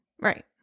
Right